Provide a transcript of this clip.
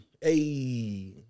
hey